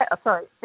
sorry